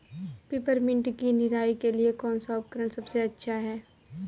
Peppermint की निराई के लिए कौन सा उपकरण सबसे अच्छा है?